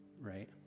right